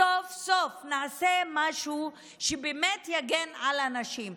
סוף-סוף נעשה משהו שבאמת יגן על הנשים.